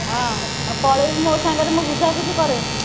ହଁ ଆଉ ପଳେଇବି ମୋ ସାଙ୍ଗରେ ମୁଁ ବୁଝାବୁଝି କରେ